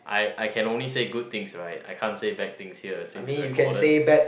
I I can only say good things right I can't said bad things here since is recorded